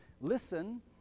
Listen